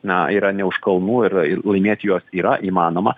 na yra ne už kalnų ir ir laimėti juos yra įmanoma